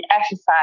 exercise